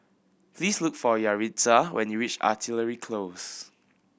please look for Yaritza when you reach Artillery Close